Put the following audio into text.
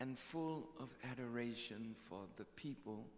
and full of adoration for the people